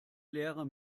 leere